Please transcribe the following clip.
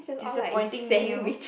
disappointing meal